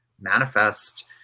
manifest